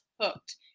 hooked